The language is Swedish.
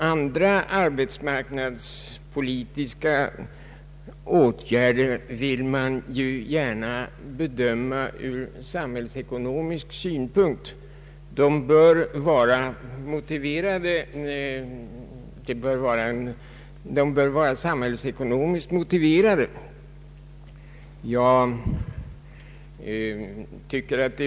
Andra arbetsmarknadspolitiska åtgärder bör bedömas ur samhällsekonomisk synpunkt och vara samhällsekonomiskt motiverade.